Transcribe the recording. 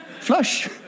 Flush